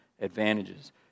advantages